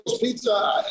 pizza